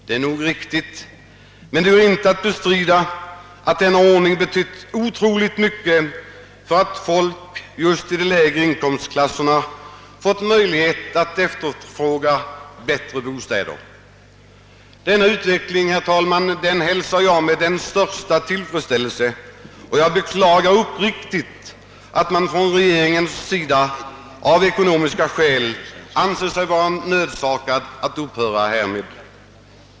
Det är nog riktigt, men det går inte att bestrida att denna ordning betytt otroligt mycket för att folk just i de lägre inkomstklasserna fått möjlighet att efterfråga bättre bostäder. Denna utveckling, herr talman, hälsar jag med den största tillfredsställelse och jag beklagar uppriktigt att man från regeringens sida av ekonomiska skäl anser sig vara nödsakad att upphöra härmed.